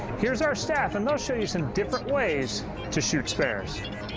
here's our staff and they'll show you some different ways to shoot spares.